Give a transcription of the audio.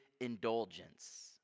indulgence